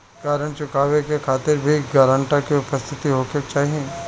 का ऋण चुकावे के खातिर भी ग्रानटर के उपस्थित होखे के चाही?